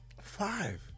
Five